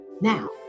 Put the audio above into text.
Now